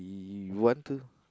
you want to